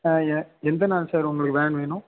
ஆ எ எந்த நாள் சார் உங்களுக்கு வேன் வேணும்